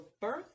birth